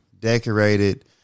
decorated –